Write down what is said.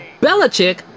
Belichick